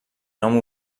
nom